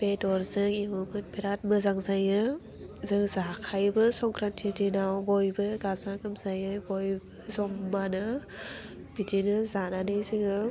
बेदरजों एवोमोन बिराथ मोजां जायो जों जाखायोबो संक्रान्ति दिनाव बयबो गाजा गोमजायै बयबो जमानो बिदिनो जानानै जोङो